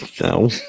No